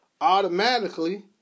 automatically